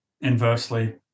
inversely